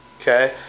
Okay